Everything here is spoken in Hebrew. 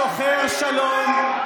שוחר שלום,